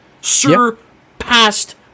Surpassed